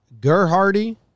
Gerhardy